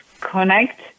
connect